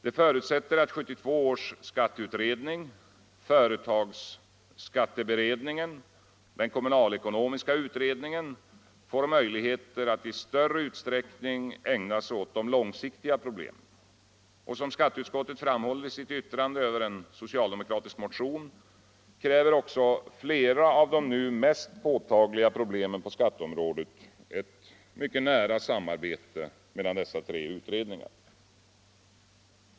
Det förutsätter att 1972 års skatteutredning, företagsskatteberedningen och kommunalekonomiska utredningen får möjligheter att i större utsträckning ägna sig åt de långsiktiga problemen. Som skatteutskottet framhåller i sitt yttrande över en socialdemokratisk motion kräver också flera av de nu mest påtagliga problemen på skatteområdet ett mycket nära samarbete mellan dessa tre utredningar.